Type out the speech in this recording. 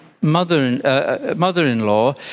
mother-in-law